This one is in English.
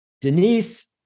Denise